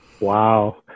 Wow